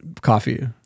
coffee